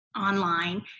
online